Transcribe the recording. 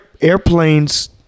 airplanes